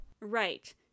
Right